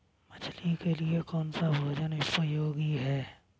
मछली के लिए कौन सा भोजन उपयोगी है?